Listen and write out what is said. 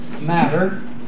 matter